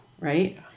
right